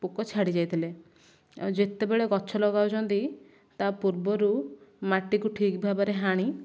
ପୋକ ଛାଡ଼ିଯାଇଥିଲେ ଆଉ ଯେତେବେଳେ ଗଛ ଲଗାଉଛନ୍ତି ତା ପୂର୍ବରୁ ମାଟିକୁ ଠିକ ଭାବରେ ହାଣି